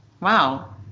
Wow